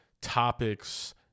topics